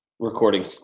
Recording